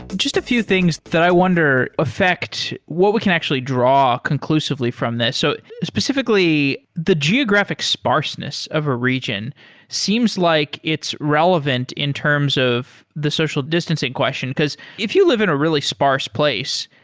just a few things that i wonder affect what we can actually draw conclusively from this. so specifically, the geographic sparseness of a region seems like it's relevant in terms of the social distancing question, because if you live in a really sparse place,